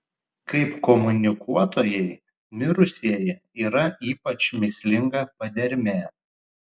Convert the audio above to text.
kaip komunikuotojai mirusieji yra ypač mįslinga padermė